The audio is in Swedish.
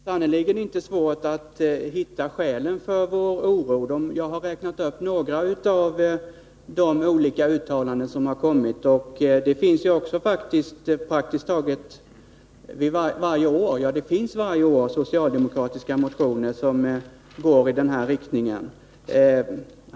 Herr talman! Det är sannerligen inte svårt att hitta skälen till vår oro. Jag har räknat upp några av de olika uttalanden som har gjorts, och det finns faktiskt varje år socialdemokratiska motioner som går i denna riktning.